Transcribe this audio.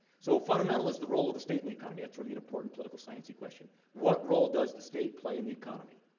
so, fundamental is the role of the state in the economy. that's really an important political science-y question. what role does state play in the economy?